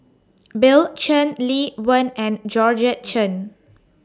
Bill Chen Lee Wen and Georgette Chen